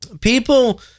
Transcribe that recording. people